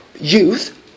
youth